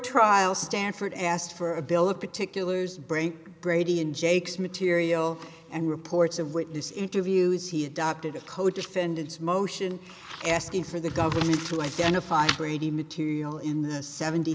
trial stanford asked for a bill of particulars bring brady in jake's material and reports of witness interviews he adopted a co defendant's motion asking for the government to identify brady material in the seventy